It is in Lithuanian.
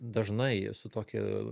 dažnai su tokia